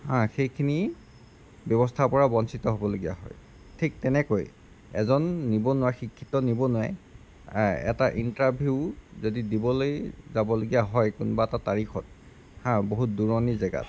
হা সেইখিনি ব্যৱস্থাৰ পৰা বঞ্চিত হ'বলগীয়া হয় ঠিক তেনেকৈ এজন নিবনুৱা শিক্ষিত নিবনুৱাই এটা ইণ্টাৰভিউ যদি দিবলৈ যাবলগীয়া হয় কোনোবা এটা তাৰিখত হাঁ বহুত দূৰণি জেগাত